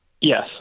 Yes